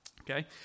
Okay